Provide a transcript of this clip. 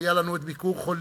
היו לנו "ביקור חולים",